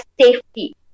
safety